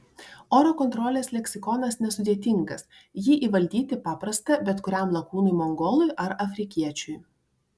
oro kontrolės leksikonas nesudėtingas jį įvaldyti paprasta bet kuriam lakūnui mongolui ar afrikiečiui